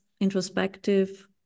introspective